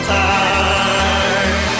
time